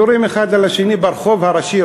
יורים האחד על השני ברחוב הראשי,